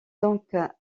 donc